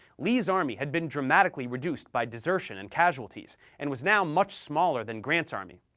lee's army had been dramatically reduced by desertion and casualties, and was now much smaller than grant's army.